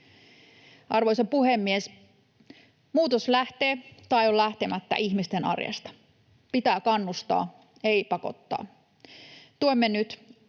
Arvoisa puhemies! Muutos lähtee — tai on lähtemättä — ihmisten arjesta. Pitää kannustaa, ei pakottaa. Tuemme nyt